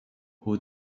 who